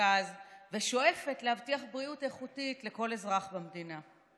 במרכז ושואפת להבטיח בריאות איכותית לכל אזרח במדינה.